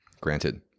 granted